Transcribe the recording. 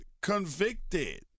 convicted